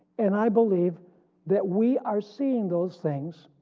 and i believe that we are seeing those things